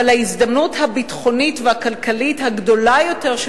אבל ההזדמנות הביטחונית והכלכלית הגדולה יותר של